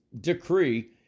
decree